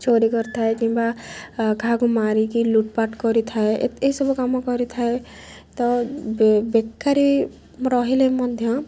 ଚୋରି କରିଥାଏ କିମ୍ବା କାହାକୁ ମାରିକି ଲୁଟ୍ ପାଟ୍ କରିଥାଏ ଏସବୁ କାମ କରିଥାଏ ତ ବେକାରୀ ରହିଲେ ମଧ୍ୟ